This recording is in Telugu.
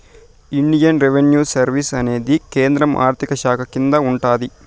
ఇండియన్ రెవిన్యూ సర్వీస్ అనేది కేంద్ర ఆర్థిక శాఖ కింద ఉంటాది